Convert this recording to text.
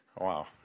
Wow